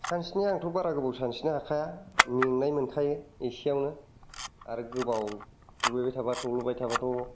सानस्रिनाया आंथ' बारा गोबाव सानस्रिनो हाखाया मेंनाय मोनखायो एसेयावनो आरो गोबाव दुगैबाय थाबा थब्ल'बाय थाबाथ'